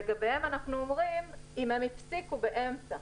לגביהם אנחנו אומרים שאם הם הפסיקו באמצע